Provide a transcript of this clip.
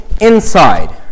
inside